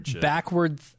backward